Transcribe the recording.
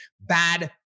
bad